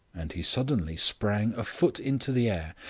and he suddenly sprang a foot into the air,